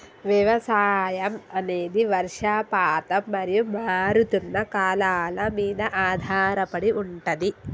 వ్యవసాయం అనేది వర్షపాతం మరియు మారుతున్న కాలాల మీద ఆధారపడి ఉంటది